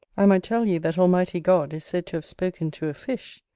i might tell you that almighty god is said to have spoken to a fish,